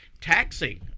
taxing